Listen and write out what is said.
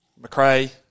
McRae